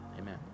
Amen